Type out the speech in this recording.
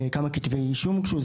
כמה כתבי אישום הוגשו?